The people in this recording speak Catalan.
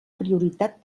prioritat